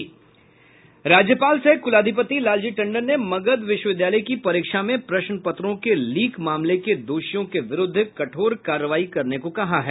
राज्यपाल सह कुलाधिपति लालजी टंडन ने मगध विश्वविद्यालय की परीक्षा में प्रश्न पत्रों के लीक मामले के दोषियों के विरूद्ध कठोर कार्रवाई करने को कहा है